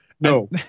No